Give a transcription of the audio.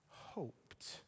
hoped